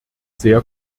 sehr